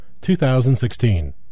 2016